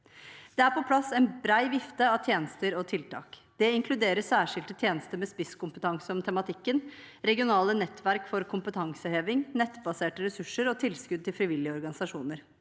Det er på plass en bred vifte av tjenester og tiltak. Det inkluderer særskilte tjenester med spisskompetanse om tematikken, regionale nettverk for kompetanseheving, nettbaserte ressurser og tilskudd til frivillige organisasjoner.